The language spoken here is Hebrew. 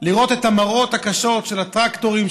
לראות את המראות הקשים של הטרקטורים,